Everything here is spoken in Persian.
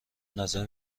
نظر